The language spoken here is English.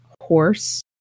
horse